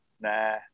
nah